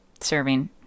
serving